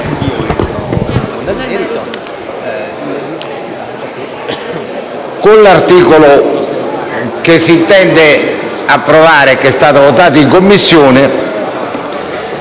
con l'articolo che si intende approvare e che è stato votato in Commissione